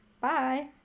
bye